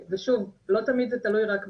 שוב, לא תמיד זה תלוי רק בנו,